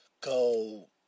go